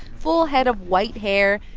full head of white hair,